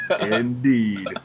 Indeed